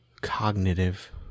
cognitive